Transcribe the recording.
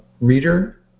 reader